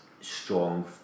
strong